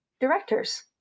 directors